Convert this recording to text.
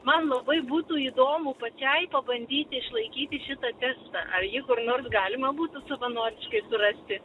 man labai būtų įdomu pačiai pabandyti išlaikyti šitą testą ar jį kur nors galima būtų savanoriškai surasti